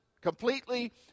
completely